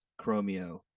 Chromio